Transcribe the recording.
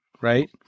right